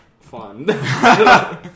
Fun